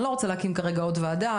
אני לא רוצה להקים כרגע עוד ועדה,